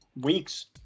weeks